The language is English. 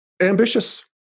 ambitious